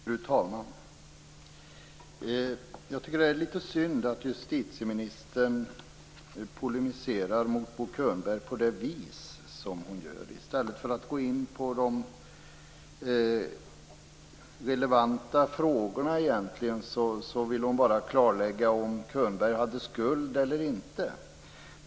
Fru talman! Jag tycker att det är litet synd att justitieministern polemiserar mot Bo Könberg på det vis som hon gör. I stället för att gå in på de egentligen relevanta frågorna vill hon bara klarlägga om Könberg hade skuld eller inte.